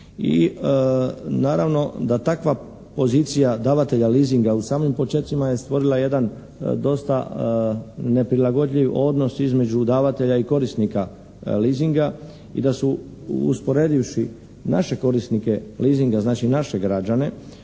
i naravno da takva pozicija davatelja leasinga u samim počecima je stvorila jedan dosta neprilagodljiv odnos između davatelja i korisnika leasinga i da su usporedivši naše korisnika leasinga, znači naše građane,